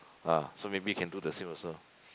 ah so maybe you can do the same also